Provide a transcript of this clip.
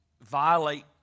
violate